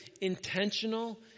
intentional